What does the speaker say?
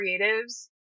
creatives